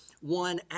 one